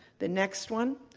the next one,